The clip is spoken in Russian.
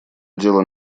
дело